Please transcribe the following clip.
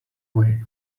way